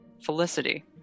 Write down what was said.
Felicity